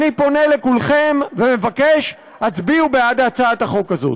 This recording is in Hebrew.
אני פונה לכולכם ומבקש: הצביעו בעד הצעת החוק הזאת.